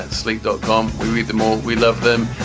and sleep, dotcom. we read them more. we love them.